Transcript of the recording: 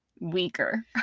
weaker